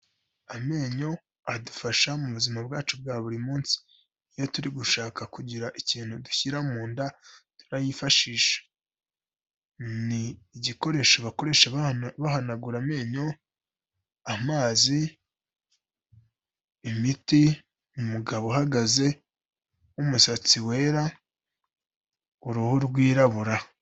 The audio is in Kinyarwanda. Amenyo adufasha mu buzima bwacu bwa buri munsi, iyo turi gushaka kugira ikintu dushyira mu nda, turayifashisha, ni igikoresho bakoresha bahanagura amenyo, amazi, imiti, umugabo uhagaze w'umusatsi wera, uruhu rwirabura.